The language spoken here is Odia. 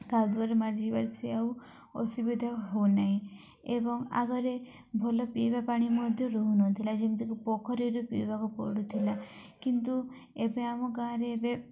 କାଦୁରେ ମାଡ଼ିଯିବାରେ ସେ ଆଉ ଅସୁବିଧା ହେଉନାହିଁ ଏବଂ ଆଗରେ ଭଲ ପିଇବା ପାଣି ମଧ୍ୟ ରହୁନଥିଲା ଯେମିତିକି ପୋଖରୀରୁ ପିଇବାକୁ ପଡ଼ୁଥିଲା କିନ୍ତୁ ଏବେ ଆମ ଗାଁରେ ଏବେ